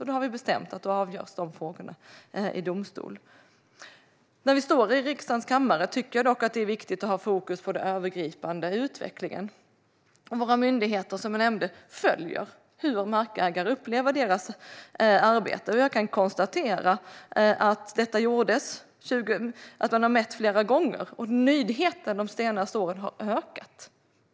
Vi har bestämt att frågorna då ska avgöras i domstol. När vi står i riksdagens kammare tycker jag dock att det är viktigt att ha fokus på den övergripande utvecklingen. Våra myndigheter följer, som jag nämnde, hur markägare upplever deras arbete. Jag kan konstatera att man har mätt flera gånger, och nöjdheten har ökat de senaste åren.